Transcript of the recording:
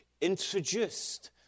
introduced